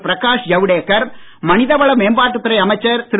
பிரகாஷ் ஜவ்டேக்கர் மனிதவள மேம்பாட்டுத்துறை அமைச்சர் திரு